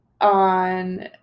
on